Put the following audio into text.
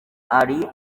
ari